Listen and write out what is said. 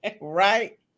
Right